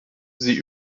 sie